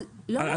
לא.